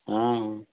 ହଁ